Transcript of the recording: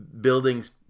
buildings